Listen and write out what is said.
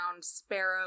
Sparrow